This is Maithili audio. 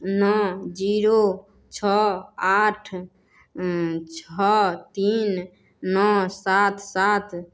नओ जीरो छओ आठ छओ तीन नओ सात सात